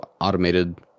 automated